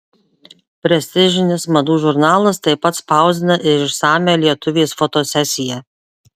prestižinis madų žurnalas taip pat spausdina ir išsamią lietuvės fotosesiją